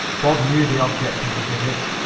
bob knew the object of the visit,